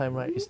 hmm